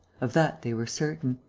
of that they were certain.